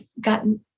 gotten